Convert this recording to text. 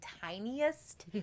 tiniest